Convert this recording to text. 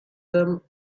them